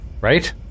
right